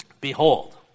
behold